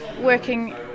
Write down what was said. working